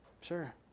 Sure